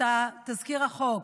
את תזכיר החוק,